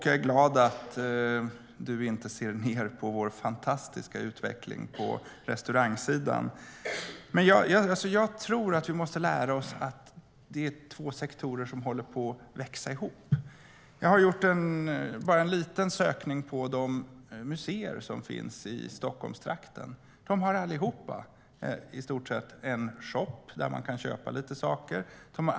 Jag är glad att du inte ser ned på den fantastiska utvecklingen på restaurangsidan. Men jag tror att vi måste lära oss att det är två sektorer som håller på att växa ihop. Jag har gjort en liten sökning på de museer som finns i Stockholmstrakten. I stort sett alla har en shop där man kan köpa lite saker.